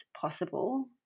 possible